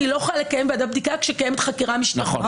אני לא יכולה לקיים ועדת בדיקה כשקיימת חקירה משטרתית.